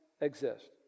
exist